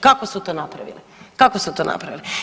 Kako su to napravili, kako su to napravili?